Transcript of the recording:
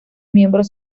miembros